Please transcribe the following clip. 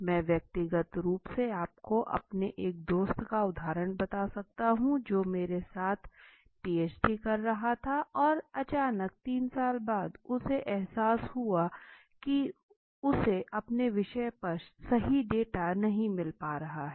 मैं व्यक्तिगत रूप से आपको अपने एक दोस्त का उदाहरण बता सकता हूं जो मेरे साथ साथ पीएचडी कर रहा था और अचानक 3 साल बाद उसे एहसास हुआ कि उसे अपने विषय पर सही डेटा नहीं मिल पा रहा है